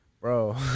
bro